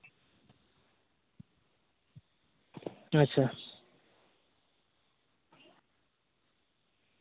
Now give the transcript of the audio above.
ᱟᱪᱪᱷᱟ